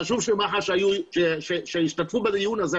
חשוב שמח"ש ישתתפו בדיון הזה.